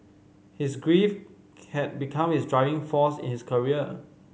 his grief had become his driving force in his career